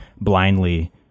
blindly